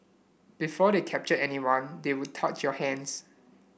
before they captured anyone they would touch your hands